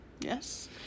yes